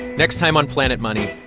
next time on planet money,